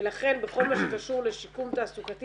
ולכן בכל מה שקשור לשיקום תעסוקתי